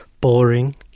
Boring